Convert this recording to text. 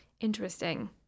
interesting